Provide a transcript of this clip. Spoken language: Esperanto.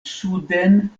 suden